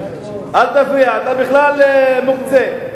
אל תפריע, אתה בכלל מוקצה.